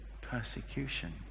persecution